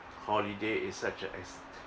holiday is such a